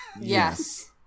Yes